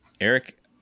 Eric